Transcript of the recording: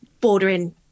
bordering